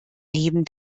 neben